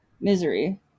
Misery